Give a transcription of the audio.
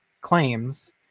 claims